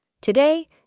Today